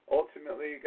ultimately